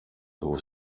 was